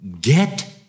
get